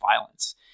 violence